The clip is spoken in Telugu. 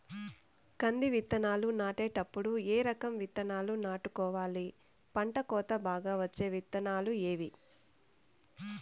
కంది విత్తనాలు నాటేటప్పుడు ఏ రకం విత్తనాలు నాటుకోవాలి, పంట కోత బాగా వచ్చే విత్తనాలు ఏవీ?